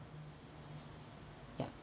ya